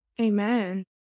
Amen